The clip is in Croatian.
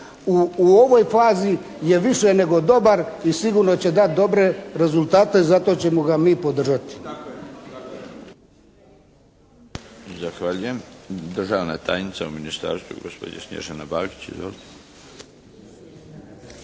u ovoj fazi je više nego dobar i sigurno će dati dobre rezultate, zato ćemo ga mi podržati. **Milinović, Darko (HDZ)** Zahvaljujem. Državna tajnica u ministarstvu, gospođa Snježana Bagić. Izvolite.